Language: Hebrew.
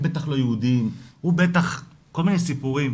הם בטח לא יהודים - כל מיני סיפורים.